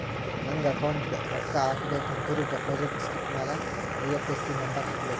ನಂಗ್ ಅಕೌಂಟ್ಗ್ ರೊಕ್ಕಾ ಹಾಕಬೇಕ ಅಂದುರ್ ಡೆಪೋಸಿಟ್ ಸ್ಲಿಪ್ ಮ್ಯಾಲ ಐ.ಎಫ್.ಎಸ್.ಸಿ ನಂಬರ್ ಹಾಕಬೇಕ